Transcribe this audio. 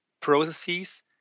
processes